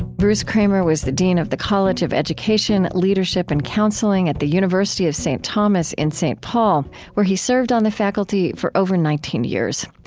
bruce kramer was the dean of the college of education, leadership and counseling at the university of st. thomas in st. paul, where he served on the faculty for over nineteen years.